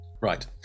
Right